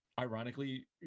ironically